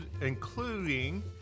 including